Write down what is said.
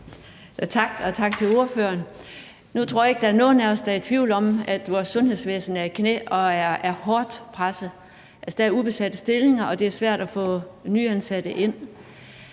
Tak, og tak til ordføreren. Nu tror jeg ikke, der er nogen af os, der er i tvivl om, at vores sundhedsvæsen er i knæ og er hårdt presset. Der er ubesatte stillinger, og det er svært at få nyansatte ind.